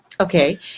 Okay